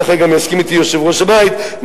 כך גם יסכימו אתי יושב-ראש הבית,